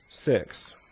six